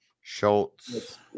Schultz